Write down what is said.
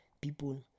people